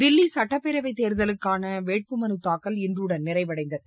தில்லி சட்டப் பேரவைத் தேர்தலுக்கான வேட்புமனுத் தாக்கல் இன்றுடன் நிறைவடைந்தது